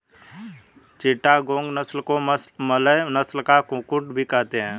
चिटागोंग नस्ल को मलय नस्ल का कुक्कुट भी कहते हैं